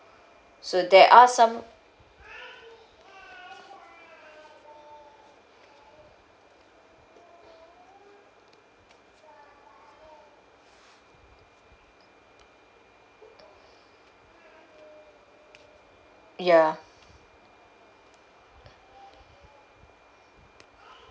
so there are some ya